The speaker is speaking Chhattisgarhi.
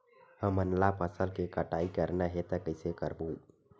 हमन ला फसल के कटाई करना हे त कइसे करबो?